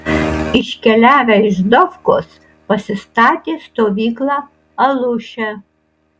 iškeliavę iš dofkos pasistatė stovyklą aluše